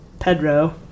Pedro